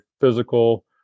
physical